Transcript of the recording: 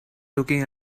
looking